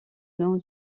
nom